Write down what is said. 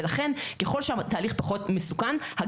לכן ככל שהתהליך פחות מסוכן,